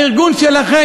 הארגון שלכם,